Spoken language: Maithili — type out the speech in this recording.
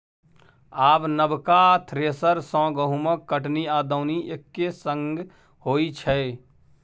आब नबका थ्रेसर सँ गहुँमक कटनी आ दौनी एक्के संग होइ छै